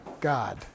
God